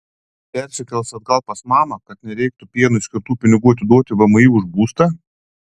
persikels atgal pas mamą kad nereiktų pienui skirtų pinigų atiduoti vmi už būstą